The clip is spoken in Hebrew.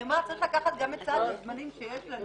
אני אומרת שצריך לקחת גם את סד הזמנים שיש לנו